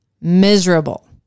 miserable